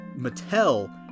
Mattel